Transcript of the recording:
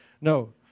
No